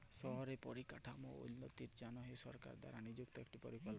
শহরে পরিকাঠাম উল্যতির জনহে সরকার দ্বারা লিযুক্ত একটি পরিকল্পলা